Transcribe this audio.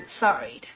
sorry